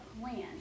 plan